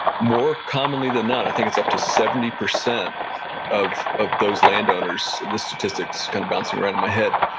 more commonly than not, i think it's up to seventy percent of of those landowners, the statistic's kind of bouncing around my head,